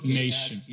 nation